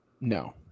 No